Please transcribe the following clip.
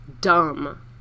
dumb